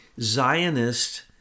Zionist